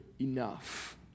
enough